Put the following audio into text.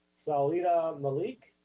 salida malique